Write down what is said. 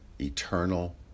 eternal